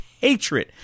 hatred